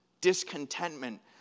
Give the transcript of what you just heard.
Discontentment